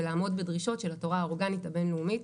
ולעמוד בדרישות של התורה האורגנית הבין-לאומית,